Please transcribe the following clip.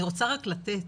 אני רוצה רק לתת.